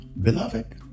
Beloved